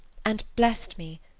and blessed me,